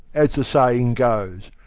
as the saying goes!